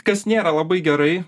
kas nėra labai gerai